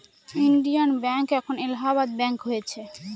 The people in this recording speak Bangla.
ইন্ডিয়ান ব্যাঙ্ক এখন এলাহাবাদ ব্যাঙ্ক হয়েছে